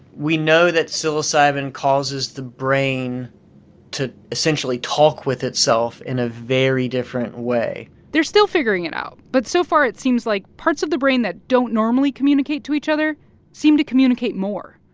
we know that psilocybin causes the brain to essentially talk with itself in a very different way they're still figuring it out. but so far, it seems like parts of the brain that don't normally communicate to each other seem to communicate more,